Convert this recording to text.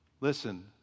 Listen